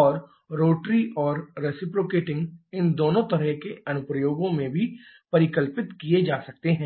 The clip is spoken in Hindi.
और रोटरी और रेसिप्रोकेटिंग इन दोनों तरह के अनुप्रयोगों में भी परिकल्पित किए जा सकते हैं